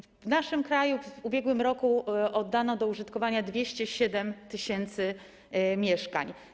W naszym kraju w ubiegłym roku oddano do użytkowania 207 tys. mieszkań.